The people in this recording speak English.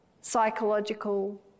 psychological